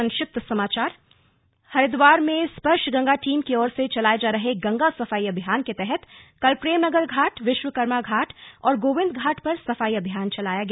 संक्षिप्त समाचार हरिद्वार में स्पर्श गंगा टीम की ओर से चलाए जा रहे गंगा सफाई अभियान के तहत कल प्रेमनगर घाट विश्वकर्मा घाट और गोविन्द घाट पर सफाई अभियान चलाया गया